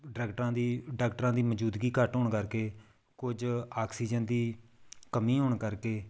ਡਾਕਟਰਾਂ ਦੀ ਡਾਕਟਰਾਂ ਦੀ ਮੌਜ਼ੂਦਗੀ ਘੱਟ ਹੋਣ ਕਰਕੇ ਕੁਝ ਆਕਸੀਜਨ ਦੀ ਕਮੀ ਹੋਣ ਕਰਕੇ